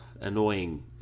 annoying